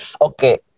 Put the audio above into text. okay